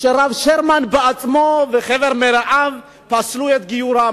שהרב שרמן עצמו וחבר מרעיו פסלו את גיורם.